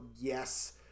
yes